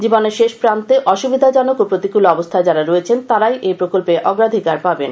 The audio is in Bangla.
জীবনের শেষ প্রান্তে অসুবিধাজনক ও প্রতিকূল অবস্থায় যাঁরা রয়েছেন তাঁরাই এই প্রকল্পে অগ্রাধিকার পাবেন